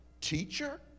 teacher